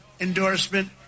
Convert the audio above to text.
endorsement